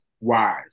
wise